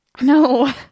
No